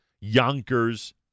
Yonkers